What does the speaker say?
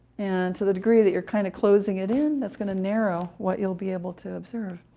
and to the degree that you're kind of closing it in, that's going to narrow what you'll be able to observe.